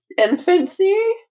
infancy